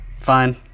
Fine